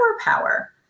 power